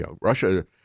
Russia